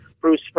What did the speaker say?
Bruce